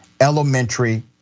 Elementary